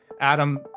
Adam